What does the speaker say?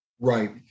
Right